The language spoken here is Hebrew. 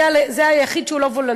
זה היחיד שהוא לא וולונטרי.